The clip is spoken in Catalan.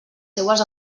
seues